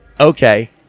okay